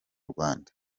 rwanda